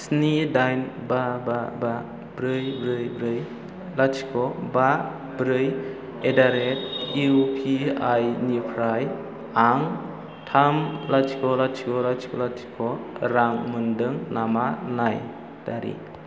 स्नि दाइन बा बा बा ब्रै ब्रै ब्रै लाथिख' बा ब्रै एदारेट इउपिआइ निफ्राय आं थाम लाथिख' लाथिख' लाथिख' लाथिख' रां मोन्दों नामा नाय